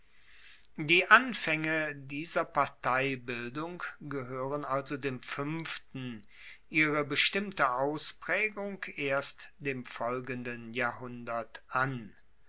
die anfaenge dieser parteibildung gehoeren also dem fuenften ihre bestimmte auspraegung erst dem folgenden jahrhundert an